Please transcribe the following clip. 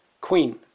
queen